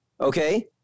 Okay